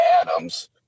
Adams